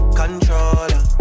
controller